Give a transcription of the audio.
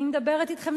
אני מדברת אתכם,